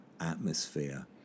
atmosphere